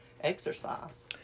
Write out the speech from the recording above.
exercise